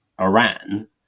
Iran